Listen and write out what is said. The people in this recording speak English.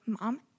Mom